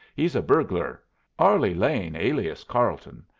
he's a burglar arlie lane, alias carleton.